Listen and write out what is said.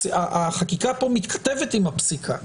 החקיקה פה מתכתבת עם הפסיקה.